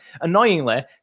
annoyingly